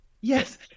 Yes